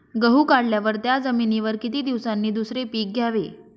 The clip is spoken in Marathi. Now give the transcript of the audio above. गहू काढल्यावर त्या जमिनीवर किती दिवसांनी दुसरे पीक घ्यावे?